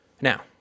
Now